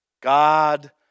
God